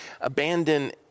abandon